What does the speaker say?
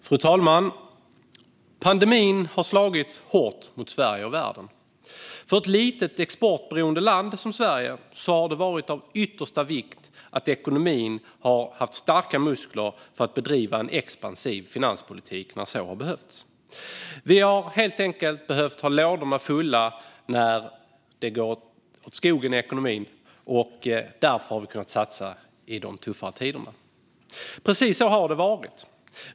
Fru talman! Pandemin har slagit hårt mot Sverige och världen. För ett litet exportberoende land som Sverige har det varit av yttersta vikt att ekonomin haft starka muskler att bedriva en expansiv finanspolitik när så har behövts. Vi har helt enkelt behövt ha ladorna fulla för att kunna satsa i de tuffa tiderna, när det går åt skogen i ekonomin. Precis så har det också varit.